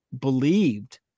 believed